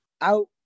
out